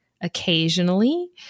occasionally